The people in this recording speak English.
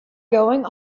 going